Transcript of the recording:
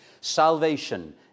Salvation